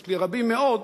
יש לי רבים מאוד,